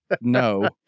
no